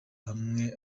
hamwe